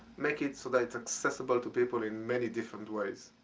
make it so that it is accessible to people in many different ways.